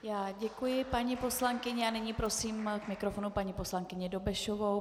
Já děkuji paní poslankyni a nyní prosím k mikrofonu paní poslankyni Dobešovou.